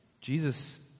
Jesus